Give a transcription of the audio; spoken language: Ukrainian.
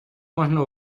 можна